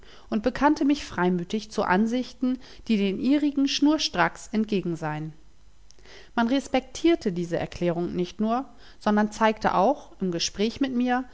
und bekannte mich freimütig zu ansichten die den ihrigen schnurstracks entgegen seien man respektierte diese erklärung nicht nur sondern zeigte auch im gespräch mit mir